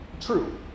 true